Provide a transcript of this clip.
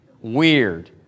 weird